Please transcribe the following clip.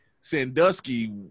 Sandusky